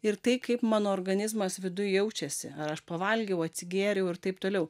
ir tai kaip mano organizmas viduj jaučiasi ar aš pavalgiau atsigėriau ir taip toliau